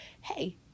hey